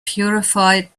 purified